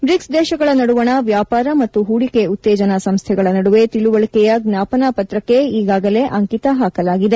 ಬ್ರಿಕ್ಪ್ ದೇಶಗಳ ನದುವಣ ವ್ಯಾಪಾರ ಮತ್ತು ಹೂದಿಕೆ ಉತ್ತೇಜನ ಸಂಸ್ಡೆಗಳ ನದುವೆ ತಿಳುವಳಿಕೆಯ ಜ್ಞಾಪನಾ ಪತ್ರಕ್ಕೆ ಈಗಾಗಲೆ ಅಂಕಿತ ಹಾಕಲಾಗಿದೆ